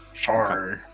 Sorry